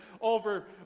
over